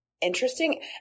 interesting